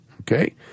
okay